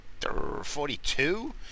42